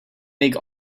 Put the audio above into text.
make